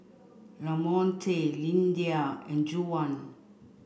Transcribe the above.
Lamonte Lyndia and Juwan